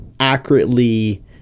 Accurately